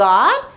God